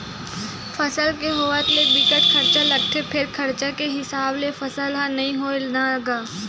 फसल के होवत ले बिकट खरचा लागथे फेर खरचा के हिसाब ले फसल ह नइ होवय न गा